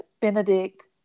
Benedict